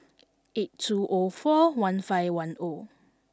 eight two O four one five one O